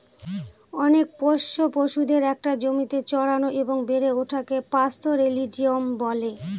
অনেক পোষ্য পশুদের একটা জমিতে চড়ানো এবং বেড়ে ওঠাকে পাস্তোরেলিজম বলে